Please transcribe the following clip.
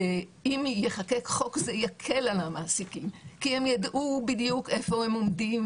אם ייחקק חוק זה יקל על המעסיקים כי הם יידעו בדיוק איפה הם עומדים,